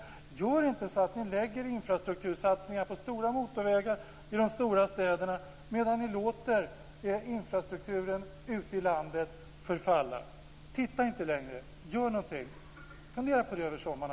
Lägg inte infrastruktursatsningar på stora motorvägar i de stora städerna, medan ni låter infrastrukturen ute i landet förfalla. Titta inte, gör någonting. Fundera på det över sommaren.